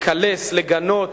לקלס, לגנות